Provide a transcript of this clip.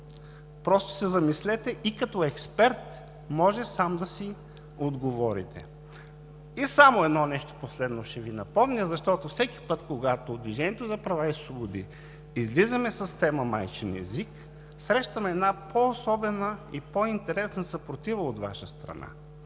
Просто се замислете и като експерт може сам да си отговорите. Само едно нещо ще Ви напомня, защото всеки път, когато „Движението за права и свободи“ излизаме с тема „Майчин език“, срещаме една по-особена и по-интересна съпротива от Ваша страна.